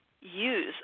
use